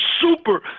super